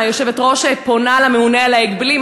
היושבת-ראש פונה לממונה על ההגבלים.